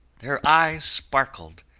their eyes sparkled,